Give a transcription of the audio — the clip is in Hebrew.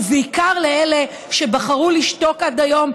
ובעיקר לאלה שבחרו לשתוק עד היום,